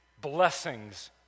blessings